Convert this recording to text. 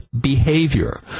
behavior